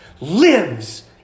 lives